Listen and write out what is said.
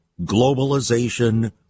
globalization